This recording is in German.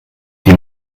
die